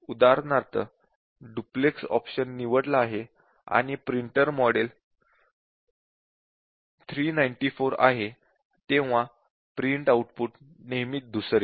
उदाहरणार्थ जेव्हा duplex option निवडला आहे आणि प्रिंटर मॉडेल 394 आहे तेव्हा प्रिंट आऊट नेहमी धूसर येते